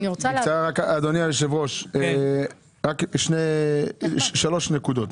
אדוני היושב-ראש, שלוש נקודות.